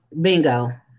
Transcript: bingo